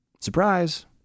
Surprise